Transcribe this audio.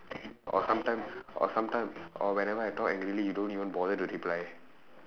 or sometime or sometime or whenever I talk angrily you don't even bother to reply